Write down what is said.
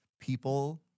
people